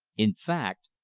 in fact,